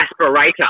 aspirator